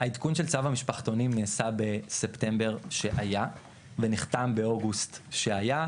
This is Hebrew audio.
העדכון של צו המשפחתונים נעשה בספטמבר שהיה ונחתם באוגוסט שהיה,